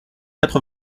quatre